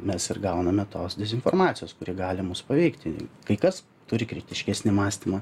mes ir gauname tos dezinformacijos kuri gali mus paveikti kai kas turi kritiškesnį mąstymą